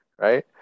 right